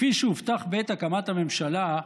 כפי שהובטח בעת הקמת הממשלה,